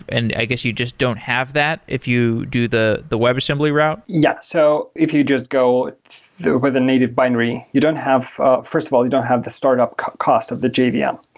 and i guess you just don't have that if you do the the web assembly route. yeah. so if you just go over the native binary, you don't have ah first of all, you don't have the startup cost of the jvm. yeah um